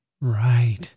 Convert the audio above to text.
Right